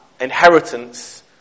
inheritance